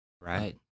Right